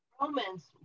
Romans